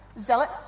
Zealot